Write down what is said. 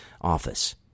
office